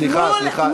סליחה,